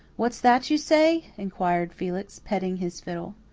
what's that you say? inquired felix, petting his fiddle.